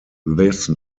this